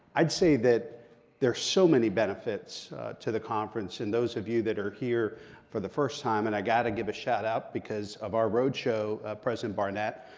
i'd say that there's so many benefits to the conference, and those of you that are here for the first time, and i gotta give a shout-out because of our road show president barnett.